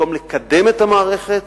במקום לקדם את המערכת